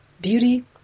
beauty